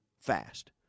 fast